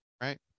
Right